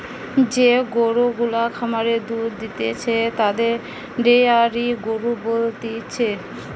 যে গরু গুলা খামারে দুধ দিতেছে তাদের ডেয়ারি গরু বলতিছে